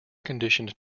conditioned